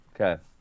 Okay